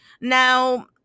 Now